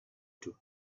took